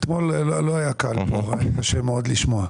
אתמול לא היה קל, היה קשה מאוד לשמוע.